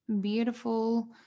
beautiful